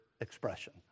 expression